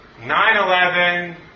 9-11